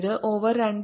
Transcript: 17 over 2